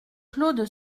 claude